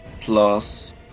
plus